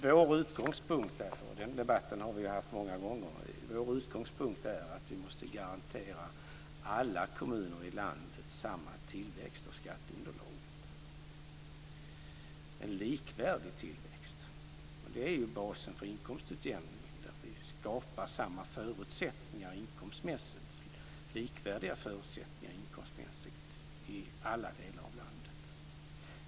Vår utgångspunkt är - och den debatten har vi haft många gånger - att vi måste garantera alla kommuner i landet samma tillväxt av skatteunderlaget, en likvärdig tillväxt. Det är basen för inkomstutjämningen. Vi skapar samma förutsättningar inkomstmässigt, likvärdiga förutsättningar inkomstmässigt, i alla delar av landet.